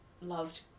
loved